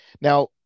now